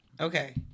Okay